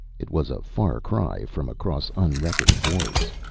it was a far cry from across unreckoned voids.